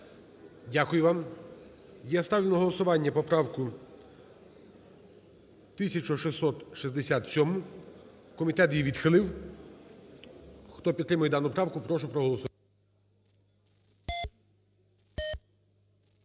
Дякую вам. Я ставлю на голосування поправку 1667. Комітет її відхилив. Хто підтримує дану правку, прошу проголосувати.